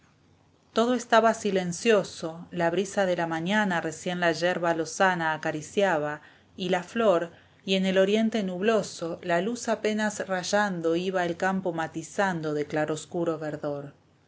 todo estaba silencioso la brisa de la mañana recién la yerba lozana acariciaba y la flor y en el oriente nubloso la luz apenas rayando iba el campo matizando de claroscuro verdor